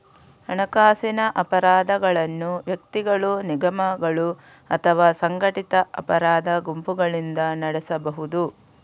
ಹಣಕಾಸಿನ ಅಪರಾಧಗಳನ್ನು ವ್ಯಕ್ತಿಗಳು, ನಿಗಮಗಳು ಅಥವಾ ಸಂಘಟಿತ ಅಪರಾಧ ಗುಂಪುಗಳಿಂದ ನಡೆಸಬಹುದು